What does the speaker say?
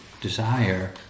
desire